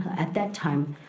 at that time,